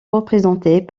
représentés